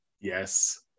Yes